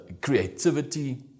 creativity